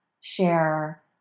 share